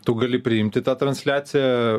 tu gali priimti tą transliaciją